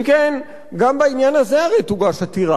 אם כן, גם בעניין הזה הרי תוגש עתירה,